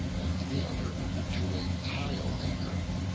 and the other to a tile-maker.